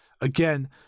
Again